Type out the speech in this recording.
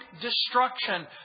destruction